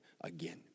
again